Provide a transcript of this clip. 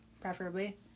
preferably